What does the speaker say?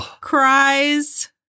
cries